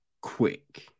quick